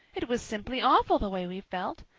it was simply awful the way we felt.